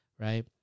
right